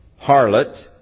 harlot